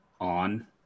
on